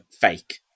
fake